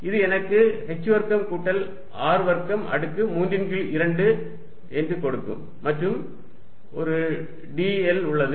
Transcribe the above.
இது எனக்கு h வர்க்கம் கூட்டல் R வர்க்கம் அடுக்கு 3 ன் கீழ் 2 என்று கொடுக்கும் மற்றும் ஒரு dl உள்ளது